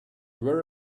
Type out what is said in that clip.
were